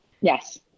yes